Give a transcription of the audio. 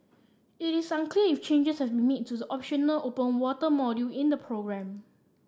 it is unclear if changes have made to the optional open water module in the programme